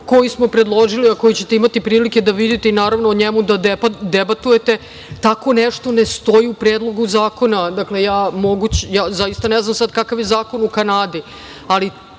koji smo predložili, a koji ćete imati prilike da vidite i, naravno, o njemu da debatujete, tako nešto ne stoji u Predlogu zakona. Zaista ne znam kakav je zakon u Kanadi, ali